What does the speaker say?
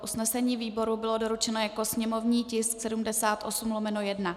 Usnesení výboru bylo doručeno jako sněmovní tisk 78/1.